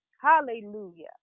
Hallelujah